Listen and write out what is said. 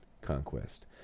Conquest